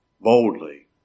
boldly